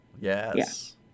Yes